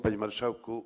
Panie Marszałku!